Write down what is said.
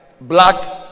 black